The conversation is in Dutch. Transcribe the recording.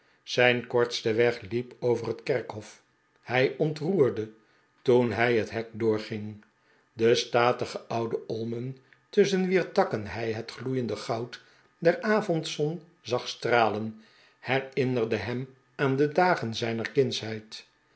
zijn kortste weg liep over het kerkhof hi ontroerde toen hij het hek doorging de statige oude olmen tusschen wier takken hij het gloeiende goud der avondzon zag stralen herinnerde hem aan de dagen zijner kindsheid